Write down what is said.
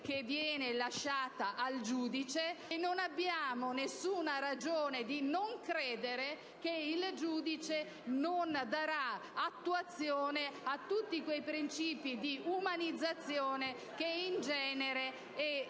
che viene lasciata al giudice, e non abbiamo nessuna ragione di non credere che il giudice non darà attuazione a tutti quei principi di umanizzazione che in genere